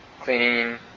cleaning